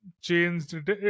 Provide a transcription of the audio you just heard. changed